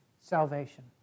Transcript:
salvation